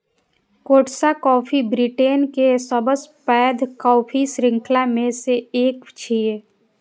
Costa coffee Britain के सबसं पैघ कॉफी शृंखला मे सं एक छियै